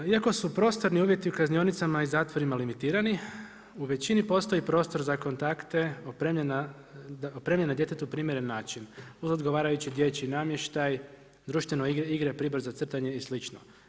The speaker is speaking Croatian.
Nadalje, iako su prostorni uvjeti u kaznionicama i zatvorima limitirani, u većini postoji prostor za kontakte opremljena djetetu na primjeren način, uz odgovarajući dječji namještaj, društvene igre, pribor za crtanje i slično.